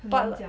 but